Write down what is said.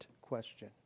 question